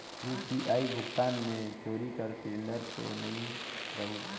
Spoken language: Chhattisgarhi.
यू.पी.आई भुगतान मे चोरी कर सिलिंडर तो नइ रहु?